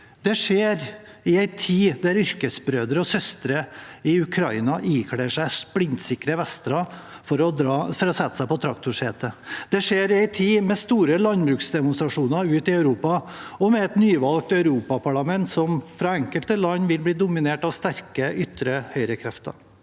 Det skjer i en tid der yrkesbrødre og -søstre i Ukraina ikler seg splintsikre vester før de setter seg på traktorsetet. Det skjer i en tid med store landbruksdemonstrasjoner ute i Europa og med et nyvalgt europaparlament som fra enkelte land vil bli dominert av sterke ytre høyre-krefter.